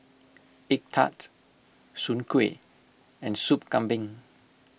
Egg Tart Soon Kway and Soup Kambing